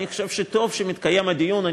אני חושב שטוב שמתקיים הדיון.